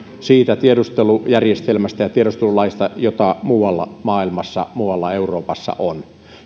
siitä tiedustelujärjestelmästä ja tiedustelulaista joka muualla maailmassa muualla euroopassa on